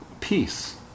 peace